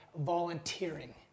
volunteering